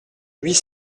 huit